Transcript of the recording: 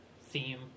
theme